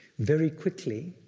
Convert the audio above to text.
very quickly,